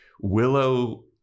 Willow